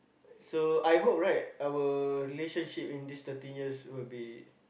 so I hope right our relationship in this thirteen years will be